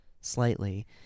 slightly